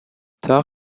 tard